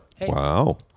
Wow